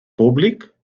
públic